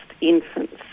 infants